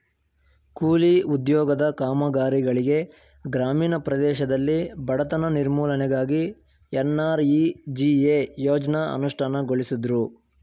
ಕೂಲಿ ಉದ್ಯೋಗದ ಕಾಮಗಾರಿಗಳಿಗೆ ಗ್ರಾಮೀಣ ಪ್ರದೇಶದಲ್ಲಿ ಬಡತನ ನಿರ್ಮೂಲನೆಗಾಗಿ ಎನ್.ಆರ್.ಇ.ಜಿ.ಎ ಯೋಜ್ನ ಅನುಷ್ಠಾನಗೊಳಿಸುದ್ರು